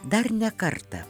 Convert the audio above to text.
dar ne kartą